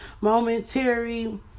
momentary